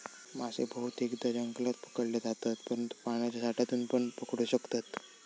मासे बहुतेकदां जंगलात पकडले जातत, परंतु पाण्याच्या साठ्यातूनपण पकडू शकतत